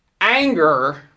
anger